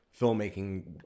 filmmaking